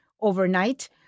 overnight